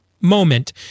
moment